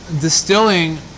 Distilling